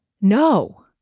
No